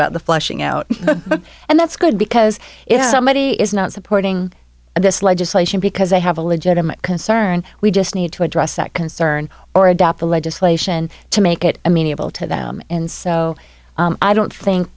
about the flushing out and that's good because if somebody is not supporting this legislation because they have a legitimate concern we just need to address that concern or adopt the legislation to make it amenable to them and so i don't think